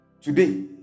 Today